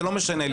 זה לא משנה לי.